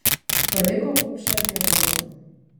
paliko kupšę prie durų